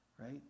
right